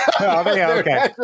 Okay